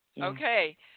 Okay